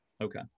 Okay